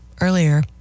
earlier